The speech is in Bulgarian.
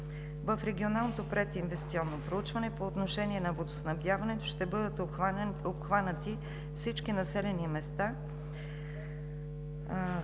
В регионалното прединвестиционно проучване по отношение на водоснабдяването ще бъдат обхванати всички населени места.